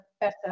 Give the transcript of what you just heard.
better